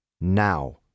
now